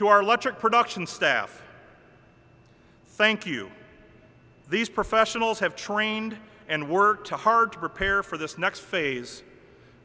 to our electric production staff thank you these professionals have trained and worked hard to prepare for this next phase